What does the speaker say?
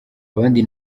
abandi